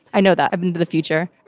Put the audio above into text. i know that. i've been to the future.